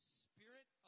spirit